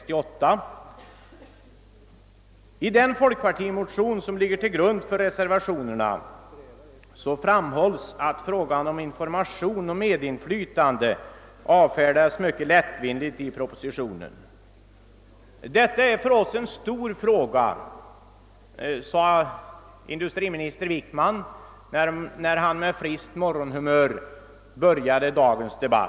I den folkpartimotion som ligger till grund för reservationerna framhålls att frågan om information och medinflytande avfärdas mycket lättvindigt i propositionen. »Detta är för oss en stor fråga», sade industriminister Wickman när han med friskt morgonhumör började dagens debatt.